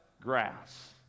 grass